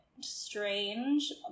strange